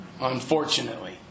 unfortunately